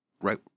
Right